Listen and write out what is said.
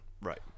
right